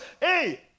hey